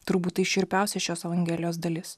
turbūt tai šiurpiausia šios evangelijos dalis